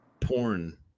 porn